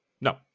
No